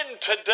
today